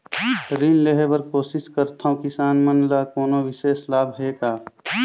ऋण लेहे बर कोशिश करथवं, किसान मन ल कोनो विशेष लाभ हे का?